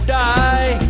die